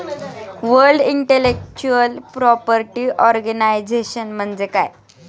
World intellectual property organisation म्हणजे काय?